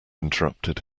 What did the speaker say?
interrupted